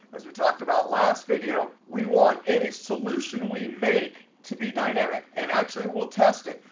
as we talked about last video, we want any solution we make to be dynamic. and actually, we'll test it.